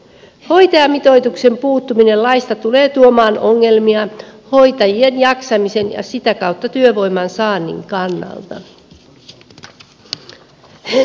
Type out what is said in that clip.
hoitajamitoituksen puuttuminen laista tulee tuomaan ongelmia hoitajien jaksamisen ja sitä kautta työvoiman saannin kannalta